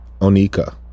onika